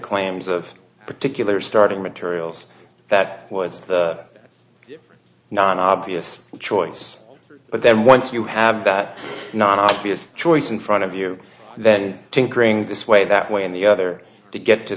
claims of particular starting materials that was the non obvious choice but then once you have that non obvious choice in front of you then tinkering this way that way and the other to get to